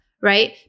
Right